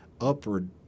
upward